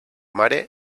mare